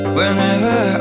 Whenever